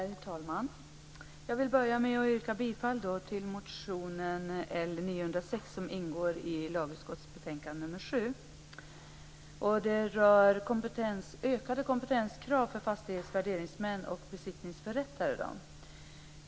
Herr talman! Jag vill börja med att yrka bifall till motionen L906 som ingår i lagutskottets betänkande nr 7. Den rör ökade kompetenskrav för fastighetsvärderingsmän och besiktningsförrättare.